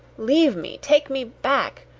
leave me! take me back.